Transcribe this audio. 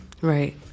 Right